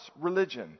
religion